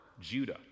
Judah